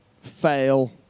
fail